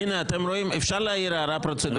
אפשר להעיר הערה פרוצדורלית?